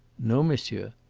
no, monsieur.